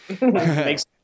Makes